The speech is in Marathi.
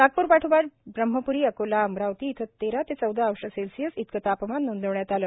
नागप्र पाठोपाठ ब्रम्हप्री अकोला अमरावती इथं तेरा ते चौदा अंश सेल्सिअस इतकं तापमान नोंदवण्यात आलं